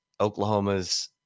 Oklahoma's